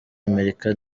amerika